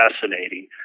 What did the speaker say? fascinating